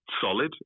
solid